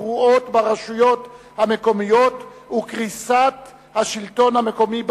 קרואות ברשויות המקומיות וקריסת השלטון המקומי בארץ.